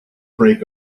break